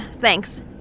Thanks